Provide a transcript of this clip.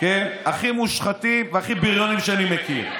הכי מושחתים והכי בריונים שאני מכיר.